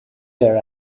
there